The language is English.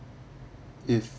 if